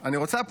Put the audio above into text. היושב-ראש,